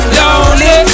Lonely